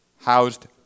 housed